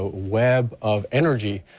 web of energy.